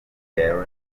berlin